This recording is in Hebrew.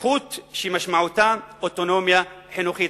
זכות שמשמעותה אוטונומיה חינוכית.